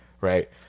right